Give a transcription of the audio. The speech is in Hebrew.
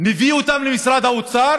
מביא אותם למשרד האוצר